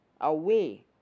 away